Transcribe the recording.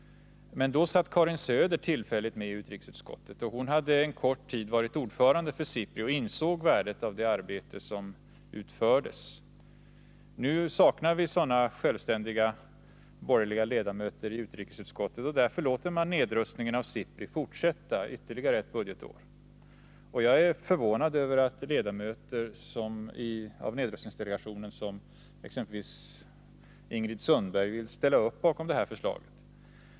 Men då satt Karin Söder tillfälligt med i utrikesutskottet, och hon hade en kort tid varit ordförande för SIPRI och insåg värdet av det arbete som utförs. Nu saknar vi sådana självständiga borgerliga ledamöter i utrikesutskottet, och därför låter man nedrustningen av SIPRI fortsätta ytterligare ett budgetår. Jag är förvånad över att ledamöter av nedrustningsdelegationen, exempelvis Ingrid Sundberg, vill ställa upp bakom det här förslaget.